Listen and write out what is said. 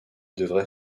devrait